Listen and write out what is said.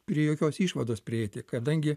prie jokios išvados prieiti kadangi